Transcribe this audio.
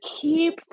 keep